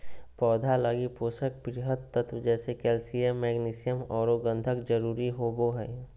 पौधा लगी पोषक वृहत तत्व जैसे कैल्सियम, मैग्नीशियम औरो गंधक जरुरी होबो हइ